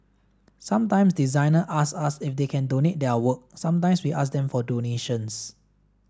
sometimes designers ask us if they can donate their work sometimes we ask them for donations